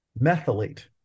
methylate